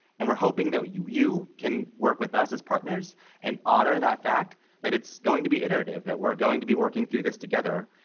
and we're hoping that you you can work with us as partners and honor that fact that it's going to be iterative, that we're going to be working through this together,